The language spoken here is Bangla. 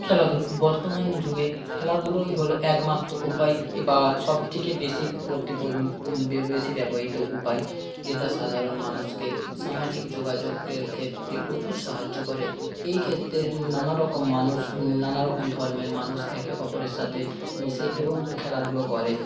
খেলাধুলো বর্তমান যুগে খেলাধুলোই হলো একমাত্র উপায় বা সবথেকে বেশি বেশি ব্যবহৃত উপায় যেটা সাধারণ মানুষকে সামাজিক যোগাযোগের ক্ষেত্রে প্রচুর সাহায্য করে এই ক্ষেত্রে নানারকম মানুষ নানারকম ধর্মের মানুষ একে অপরের সাথে মিশে এবং খেলাধুলো করে